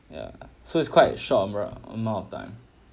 ya so it's quite short amra~ amount of time